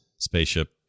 Spaceship